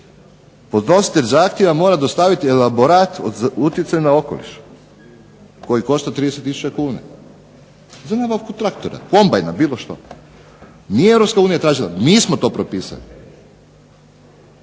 podnositelj zahtjeva mora dostaviti elaborat o utjecaju na okoliš koji košta 30 tisuća kuna. Za nabavku traktora, kombajna, bilo što. Nije EU tražila, mi smo to propisali.